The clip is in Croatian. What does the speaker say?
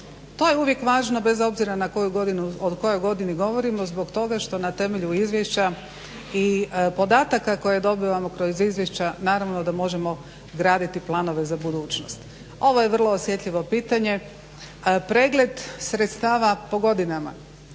To je uvijek važno bez obzira na to o kojoj godini govorimo zbog toga što na temelju izvješća i podataka koje dobivamo kroz izvješća možemo graditi planove za budućnost. Ovo je vrlo osjetljivo pitanje. Pregled sredstava po godinama